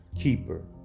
Keeper